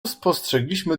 spostrzegliśmy